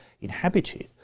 inhabited